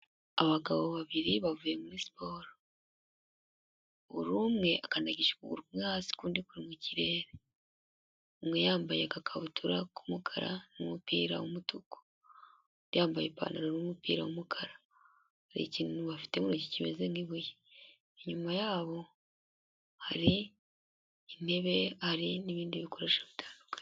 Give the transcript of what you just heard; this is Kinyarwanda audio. Abagabo babiri bavuye muri siporo. Buri umwe akandagije ukuguru kumwe hasi ukundi kuri mu kirere. Umwe yambaye agakabutura k'umukara n'umupira w'umutuku. Undi yambaye ipantaro n'umupira w'umukara, hari ikintu bafite mu ntoki kimeze nk'ibuye, inyuma yabo hari intebe hari n'ibindi bikoresho bitandukanye.